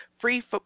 free